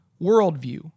worldview